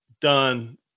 done